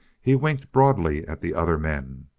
he winked broadly at the other men.